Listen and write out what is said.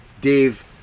Dave